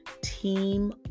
Team